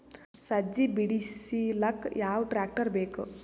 ಸಜ್ಜಿ ಬಿಡಿಸಿಲಕ ಯಾವ ಟ್ರಾಕ್ಟರ್ ಬೇಕ?